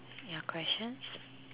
your question